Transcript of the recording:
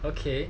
okay